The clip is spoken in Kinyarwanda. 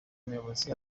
muyobozi